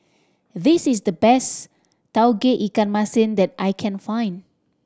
this is the best Tauge Ikan Masin that I can find